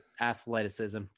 athleticism